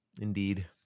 indeed